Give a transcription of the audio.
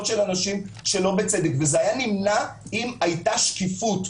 של אנשים שלא בצדק וזה היה נמנע אם הייתה שקיפות.